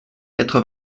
quatre